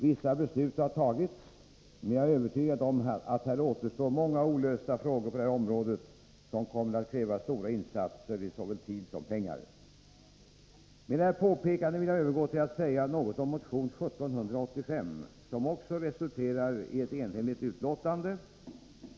Vissa beslut har tagits, men jag är övertygad om att här återstår många olösta frågor, som kommer att kräva stora insatser i såväl tid som pengar. Med detta påpekande vill jag övergå till att säga något om motion 1785, som också resulterar i ett enhälligt utskottsbetänkande.